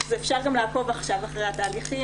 אז אפשר גם לעקוב עכשיו אחרי התהליכים.